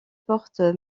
portes